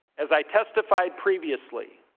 as i testified previously,